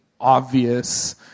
obvious